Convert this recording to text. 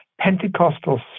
Pentecostal